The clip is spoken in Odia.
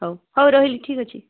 ହେଉ ହେଉ ରହିଲି ଠିକ ଅଛି